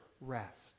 rest